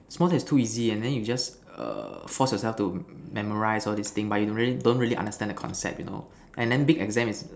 small test is too easy and then you just err force yourself to memorize all this thing but you really don't really understand the concept you know and then big exam